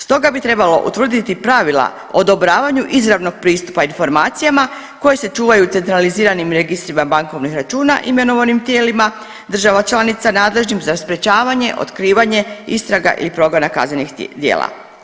Stoga bi trebalo utvrditi pravila odobravanju izravnog pristupa informacijama koje se čuvaju u centraliziranim registrima bankovnih računa imenovanim tijelima država članica nadležnim za sprječavanje, otkrivanje, istraga ili progona kaznenih djela.